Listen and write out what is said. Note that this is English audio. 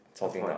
afford